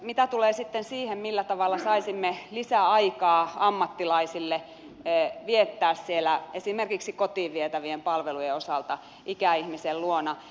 mitä tulee sitten siihen millä tavalla saisimme lisää aikaa ammattilaisille viettää siellä esimerkiksi kotiin vietävien palvelujen osalta ikäihmisen luona